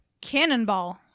Cannonball